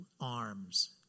arms